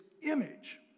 image